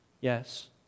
yes